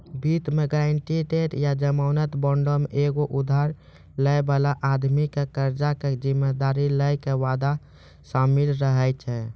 वित्त मे गायरंटी या जमानत बांडो मे एगो उधार लै बाला आदमी के कर्जा के जिम्मेदारी लै के वादा शामिल रहै छै